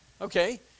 Okay